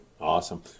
Awesome